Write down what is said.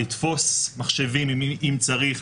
לתפוס מחשבים אם צריך,